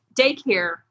daycare